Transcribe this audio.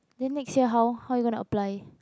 then next year how how you gonna apply